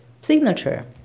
signature